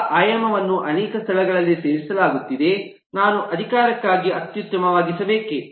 ಹೊಸ ಆಯಾಮವನ್ನು ಅನೇಕ ಸ್ಥಳಗಳಲ್ಲಿ ಸೇರಿಸಲಾಗುತ್ತಿದೆ ನಾನು ಅಧಿಕಾರಕ್ಕಾಗಿ ಅತ್ಯುತ್ತಮವಾಗಿಸಬೇಕೇ